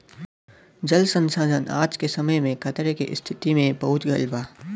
जल संसाधन आज के समय में खतरे के स्तिति में पहुँच गइल बा